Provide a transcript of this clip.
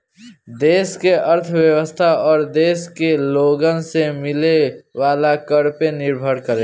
देश के अर्थव्यवस्था ओ देश के लोगन से मिले वाला कर पे निर्भर करेला